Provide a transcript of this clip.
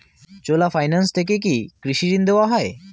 চোলা Finance থেকে কি কৃষি ঋণ দেওয়া হয়?